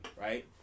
right